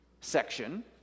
section